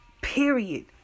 Period